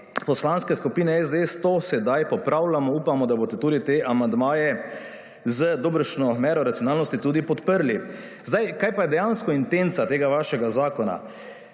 poslanske skupine SDS to sedaj popravljamo, upamo, da boste tudi te amandmaje z dobršno mero racionalnosti tudi podprli. Zdaj, kaj pa je dejansko intenca tega vašega zakona?